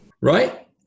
Right